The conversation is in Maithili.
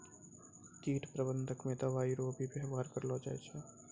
कीट प्रबंधक मे दवाइ रो भी वेवहार करलो जाय छै